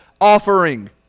offering